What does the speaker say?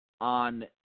on